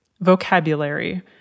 vocabulary